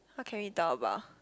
okay me doubt about